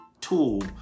tool